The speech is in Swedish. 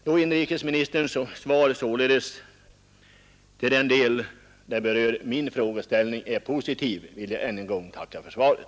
Då inrikesministerns svar till den del som berör min fråga är positivt ber jag än en gång att få tacka för svaret.